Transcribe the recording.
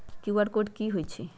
QR code कि हई छई?